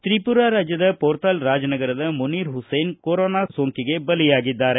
ತ್ರಿಪುರಾ ರಾಜ್ಯದ ಪೂರ್ತಾಲ್ ರಾಜ್ ನಗರದ ಮನೀರ್ ಹುಸೇನ್ ಕೊರೊನಾ ಸೋಂಕಿಗೆ ಬಲಿಯಾಗಿದ್ದಾರೆ